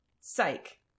Psych